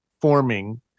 forming